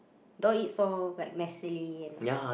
don't eat so like messily and yeah